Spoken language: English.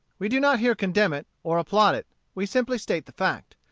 we do not here condemn it, or applaud it. we simply state the fact.